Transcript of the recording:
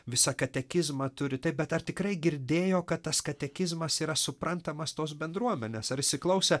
visą katekizmą turi taip bet ar tikrai girdėjo kad tas katekizmas yra suprantamas tos bendruomenės ar įsiklausė